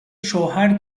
شوهر